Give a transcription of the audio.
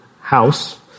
house